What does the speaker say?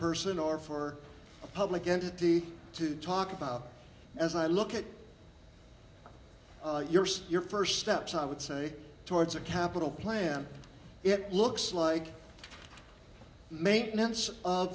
person or for a public entity to talk about as i look at your so your first steps i would say towards a capital plan it looks like maintenance